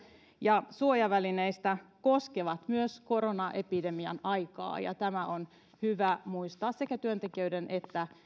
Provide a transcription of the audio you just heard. ja suojavälineistä koskevat myös koronaepidemian aikaa ja tämä on hyvä muistaa sekä työntekijöiden että